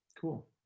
Cool